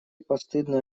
постыдные